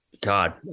God